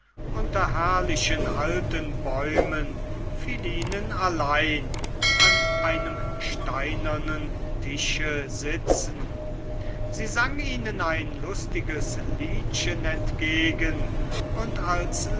unter herrlichen alten bäumen philinen allein an einem steinernen tische sitzen sie sang ihnen ein lustiges liedchen entgegen und als